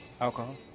alcohol